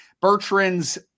Bertrand's